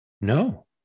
No